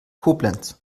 koblenz